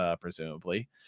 presumably